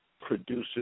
produces